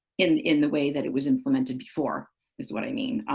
in in the way that it was implemented before is what i mean.